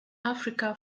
africa